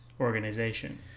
organization